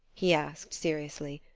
he asked, seriously.